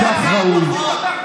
וכך ראוי.